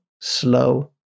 slow